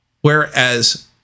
Whereas